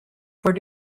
voor